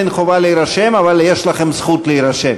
אין חובה להירשם, אבל יש לכם זכות להירשם.